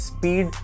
Speed